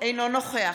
בעד ניר ברקת,